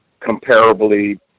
comparably